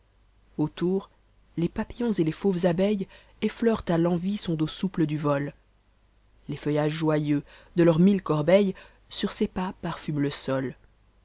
autour tes papillons et tes fauves abellles e meurent à l'envi son dos souple du vo les feuillages joyeux de leurs mille corbeilles sur ses pas parfument le sol